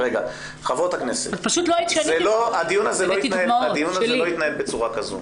חברות הכנסת, הדיון הזה לא יתנהל בצורה כזאת.